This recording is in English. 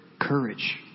courage